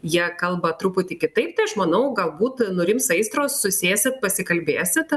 jie kalba truputį kitaip tai aš manau galbūt nurims aistros susėsit pasikalbėsit